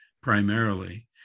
primarily